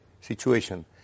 situation